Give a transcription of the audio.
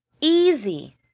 Easy